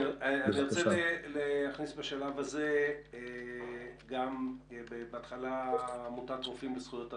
אני רוצה להכניס בשלב הזה גם את עמותת רופאים לזכויות אדם.